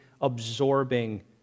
absorbing